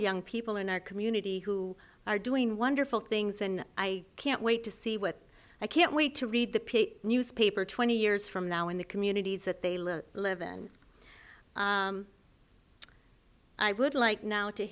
young people in our community who are doing wonderful things and i can't wait to see what i can't wait to read the newspaper twenty years from now in the communities that they let live and i would like now to